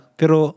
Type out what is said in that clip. pero